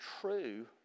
true